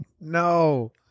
no